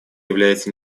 является